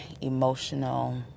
emotional